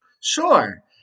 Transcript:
Sure